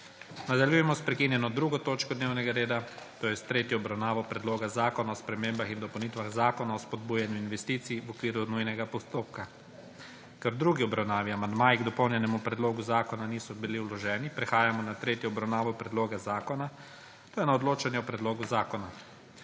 Nadaljujemo sprekinjeno 2. točko dnevnega reda, to je s tretjo obravnavo Predloga zakona o spremembah in dopolnitvah Zakona o spodbujanju investicij v okviru nujnega postopka. Ker v drugi obravnavi amandmaji k dopolnjenemu predlogu zakona niso bili vloženi, prehajamo na tretjo obravnavo predloga zakona, to je na odločanje o predlogu zakona.